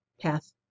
path